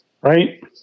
Right